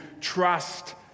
trust